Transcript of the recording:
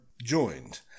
joined